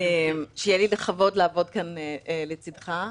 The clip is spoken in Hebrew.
שיהיה לי לכבוד לעבוד כאן לצידך.